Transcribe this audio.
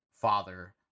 father